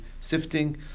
sifting